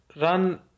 run